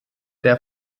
der